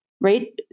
Right